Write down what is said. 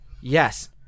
Yes